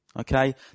okay